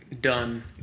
done